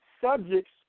subjects